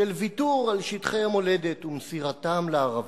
של ויתור על שטחי המולדת ומסירתם לערבים,